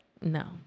no